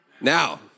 Now